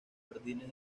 jardines